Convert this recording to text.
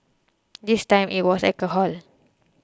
this time it was alcohol